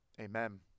Amen